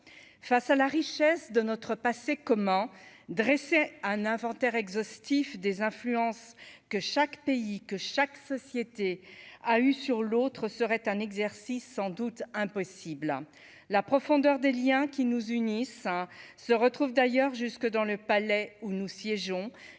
face à la richesse de notre passé, comment dresser un inventaire exhaustif des influences que chaque pays que chaque société a eu sur l'autre serait un exercice sans doute impossible la profondeur des Liens qui nous unissent, hein, se retrouve d'ailleurs jusque dans le palais où nous siégeons